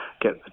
get